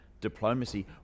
diplomacy